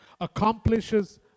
accomplishes